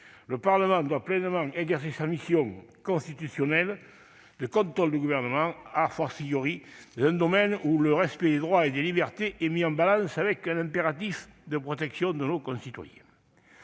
Le Parlement doit pleinement exercer sa mission constitutionnelle de contrôle du Gouvernement, dans un domaine où le respect des droits et des libertés est mis en balance avec l'impératif de protection de nos concitoyens.